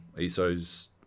ESO's